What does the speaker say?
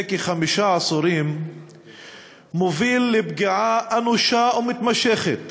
כחמישה עשורים מוביל לפגיעה אנושה ומתמשכת